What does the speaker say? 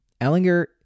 Ellinger